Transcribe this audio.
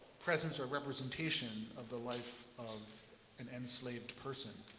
presence or representation of the life of an enslaved person.